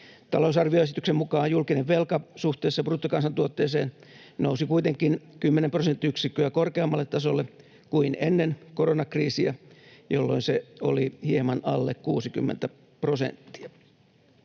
Talousarvioesityksen mukaan julkinen velka suhteessa bruttokansantuotteeseen nousi kuitenkin 10 prosenttiyksikköä korkeammalle tasolle kuin ennen koronakriisiä, jolloin se oli hieman alle 60 prosenttia.